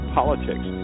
politics